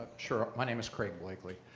sure, my name is craig blakely.